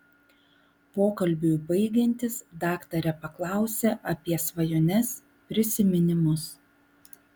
pokalbiui baigiantis daktarė paklausia apie svajones prisiminimus